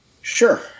Sure